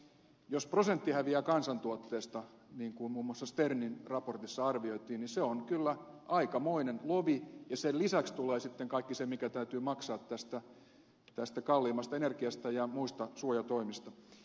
jos prosentti häviää kansantuotteesta niin kuin muun muassa sternin raportissa arvioitiin niin se on kyllä aikamoinen lovi ja sen lisäksi tulee sitten kaikki se mikä täytyy maksaa tästä kalliimmasta energiasta ja muista suojatoimista